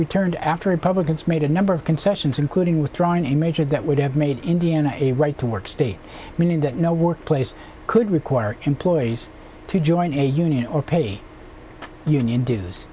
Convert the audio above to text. returned after republicans made a number of concessions including withdrawing a major that would have made indiana a right to work state meaning that no workplace could require employees to join a union or pay union dues